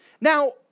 Now